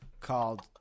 called